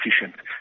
efficient